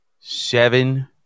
seven